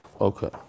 Okay